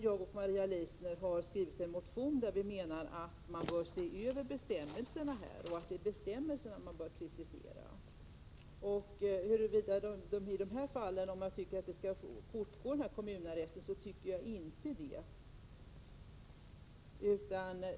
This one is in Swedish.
Jag och Maria Leissner har skrivit en motion därför att vi anser att det är bestämmelserna som skall kritiseras som bör ses över. Jag tycker inte att kommunarresten i detta fall skall fortgå.